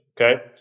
Okay